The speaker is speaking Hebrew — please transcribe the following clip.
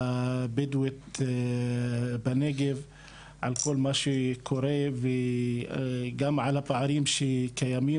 הבדואית בנגב על כל מה שקורה וגם על הפערים שקיימים